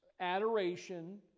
adoration